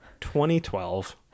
2012